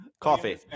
Coffee